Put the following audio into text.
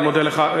אני מודה לך.